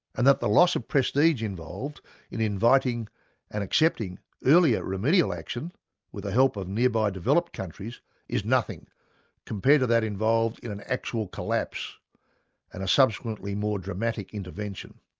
and that the loss of prestige involved in inviting and accepting earlier remedial action with the help of nearby developed countries is nothing compared to that involved in an actual collapse and a subsequently more dramatic intervention.